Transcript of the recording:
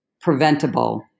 preventable